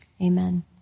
Amen